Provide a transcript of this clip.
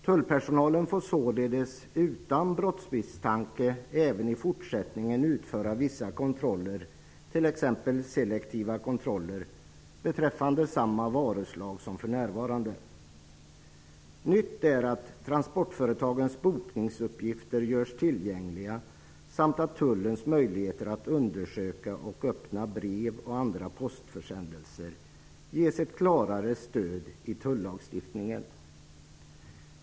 Tullpersonalen får således utan brottsmisstanke även i fortsättningen utföra vissa kontroller, t.ex. selektiva kontroller, beträffande samma varuslag som för närvarande. Nytt är att transportföretagens bokningsuppgifter görs tillgängliga samt att tullens möjligheter att undersöka och öppna brev och andra postförsändelser ges ett klarare stöd i tullagstiftningen.